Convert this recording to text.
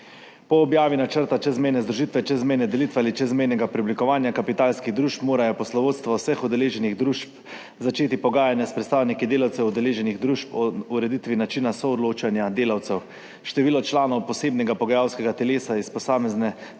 Po objavi načrta čezmejne združitve, čezmejne delitve ali čezmejnega preoblikovanja kapitalskih družb morajo poslovodstva vseh udeleženih družb začeti pogajanja s predstavniki delavcev udeleženih družb o ureditvi načina soodločanja delavcev. Število članov posebnega pogajalskega telesa iz posamezne države